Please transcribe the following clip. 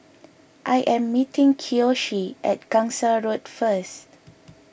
I am meeting Kiyoshi at Gangsa Road first